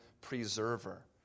preserver